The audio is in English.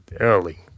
early